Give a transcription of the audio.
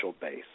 base